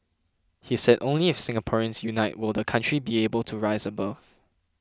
he said only if Singaporeans unite will the country be able to rise above